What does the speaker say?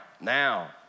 now